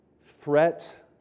threat